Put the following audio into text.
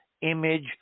image